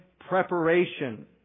preparation